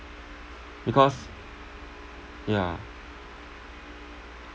because yeah